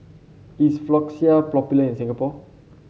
is Floxia popular in Singapore